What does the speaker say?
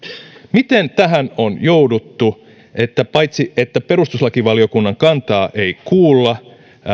miten tähän on jouduttu paitsi että perustuslakivaliokunnan kantaa ei kuulla